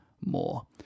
more